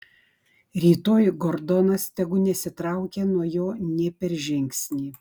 rytoj gordonas tegu nesitraukia nuo jo nė per žingsnį